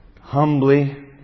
humbly